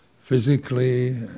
physically